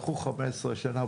הלכו 15 שנה,